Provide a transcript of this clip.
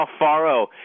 Alfaro